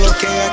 Okay